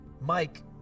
Mike